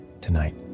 Tonight